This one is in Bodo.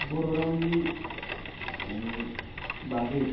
बर' रावनि बागै